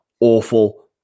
awful